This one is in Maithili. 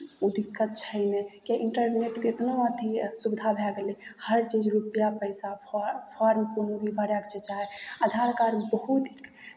ओ दिक्कत छै नहि किएकि इंटरनेटके इतना अथी सुविधा भए गेलै हर चीज रुपैआ पैसा फार फोर्म कोनो भी भरयके छै चाहे आधार कार्ड बहुत